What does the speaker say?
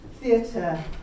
theatre